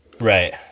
right